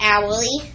Owly